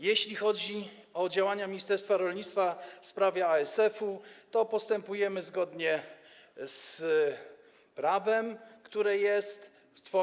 Jeśli chodzi o działania ministerstwa rolnictwa w sprawie ASF-u, to postępujemy zgodnie z prawem, które obowiązuje.